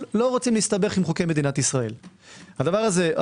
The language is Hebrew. לא רוצים להסתבך עם חוקי מדינת ישראל.